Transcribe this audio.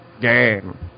game